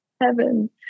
heaven